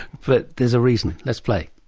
but there's a reason. let's play.